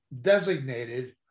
designated